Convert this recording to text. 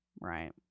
right